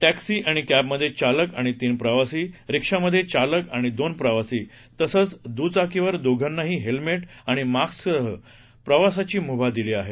taxi आणि क्क्मध्ये चालक आणि तीन प्रवासी रिक्षामध्ये चालक आणि दोन प्रवासी तसंच दुचाकीवर दोघांनाही हेल्मेट आणि मास्कसह प्रवासाची मुभा दिली आहे